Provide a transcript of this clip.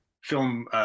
film